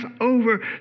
over